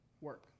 work